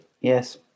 Yes